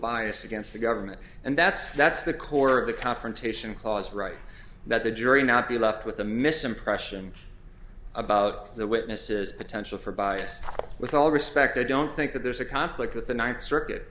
bias against the government and that's that's the core of the confrontation clause right that the jury not be left with the misimpression about the witnesses potential for bias with all respect i don't think that there's a conflict with the ninth circuit